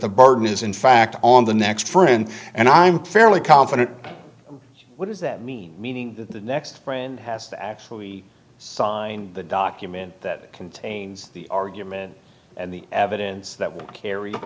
the burden is in fact on the next friend and i'm fairly confident what does that mean meaning the next friend has to actually sign the document that contains the argument and the evidence that